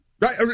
Right